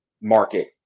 market